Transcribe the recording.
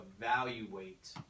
evaluate